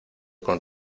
con